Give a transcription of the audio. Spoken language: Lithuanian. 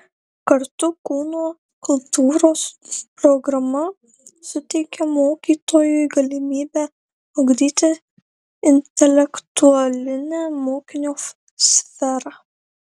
kartu kūno kultūros programa suteikia mokytojui galimybę ugdyti intelektualinę mokinių sferą